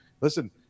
Listen